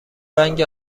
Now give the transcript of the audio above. رنگ